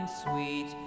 sweet